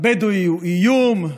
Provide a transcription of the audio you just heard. הבדואי הוא איום,